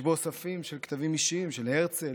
יש בו אוספים של כתבים אישיים, של הרצל,